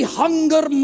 hunger